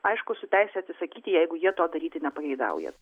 aišku su teise atsisakyti jeigu jie to daryti nepageidauja